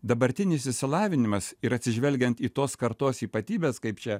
dabartinis išsilavinimas ir atsižvelgiant į tos kartos ypatybes kaip čia